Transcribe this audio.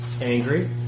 angry